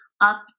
up